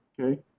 okay